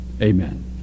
Amen